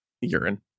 urine